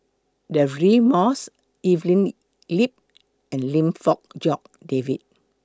Deirdre Moss Evelyn Lip and Lim Fong Jock David